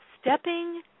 stepping